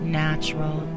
natural